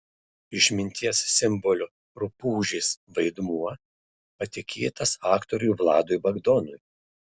išminties simbolio rupūžės vaidmuo patikėtas aktoriui vladui bagdonui